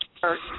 church